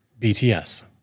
BTS